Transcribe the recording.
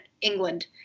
England